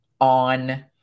on